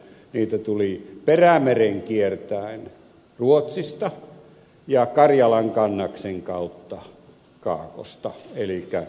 niitä tuli perämeren kiertäen ruotsista ja karjalan kannaksen kautta kaakosta elikkä neuvostoliitosta